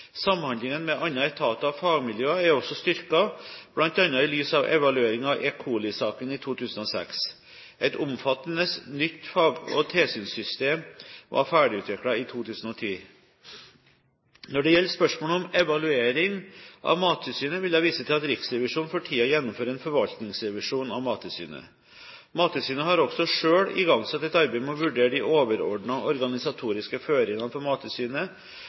Samhandlingen med andre etater og fagmiljøer er også styrket, bl.a. i lys av evalueringen av E. coli-saken i 2006. Et omfattende nytt fag- og tilsynssystem var ferdigutviklet i 2010. Når det gjelder spørsmålet om evaluering av Mattilsynet, vil jeg vise til at Riksrevisjonen for tiden gjennomfører en forvaltningsrevisjon av Mattilsynet. Mattilsynet har også selv igangsatt et arbeid med å vurdere de overordnede organisatoriske føringene for Mattilsynet.